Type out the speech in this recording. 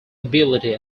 ability